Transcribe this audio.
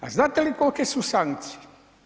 A znate li kolike su sankcije?